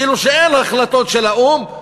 כאילו אין החלטות של האו"ם.